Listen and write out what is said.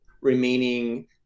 remaining